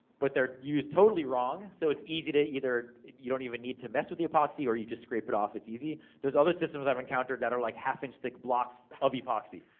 but they're used totally wrong. so, it's easy to either. you don't even need to mess with the epoxy, or you just scrape it off, it's easy. there's other systems i've encountered, that are like half inch thick blocks of epoxy.